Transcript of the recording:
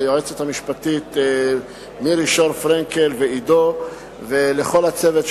ליועצת המשפטית מירי פרנקל-שור ולעידו ולכל הצוות,